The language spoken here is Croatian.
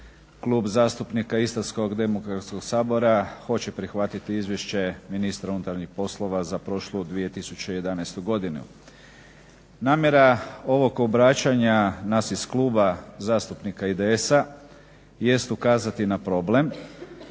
Klub zastupnika IDS-a hoće prihvatiti izvješće ministra unutarnjih poslova za prošlu 2011. godinu. Namjera ovog obraćanja nas iz Kluba zastupnika IDS-a jest ukazati na problem